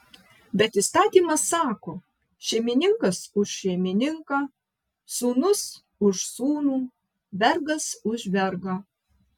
bet įstatymas sako šeimininkas už šeimininką sūnus už sūnų vergas už vergą